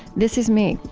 this is me,